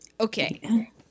Okay